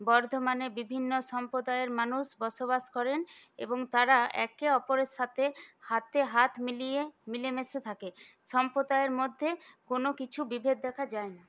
বর্ধমানে বিভিন্ন সম্প্রদায়ের মানুষ বসবাস করেন এবং তারা একে অপরের সাথে হাতে হাত মিলিয়ে মিলে মিশে থাকে সম্প্রদায়ের মধ্যে কোন কিছু বিভেদ দেখা যায় না